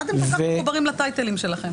מה אתם כל כך מחוברים לטייטלים שלכם?